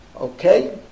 Okay